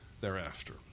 thereafter